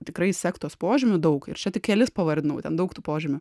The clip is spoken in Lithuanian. tikrai sektos požymių daug ir čia tik kelis pavardinau ten daug tų požymių